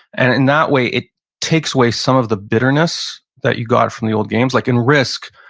and in that way, it takes away some of the bitterness that you got from the old games. like in risk,